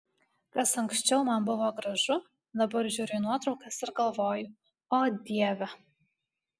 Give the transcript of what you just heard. kas anksčiau man buvo gražu dabar žiūriu į nuotraukas ir galvoju o dieve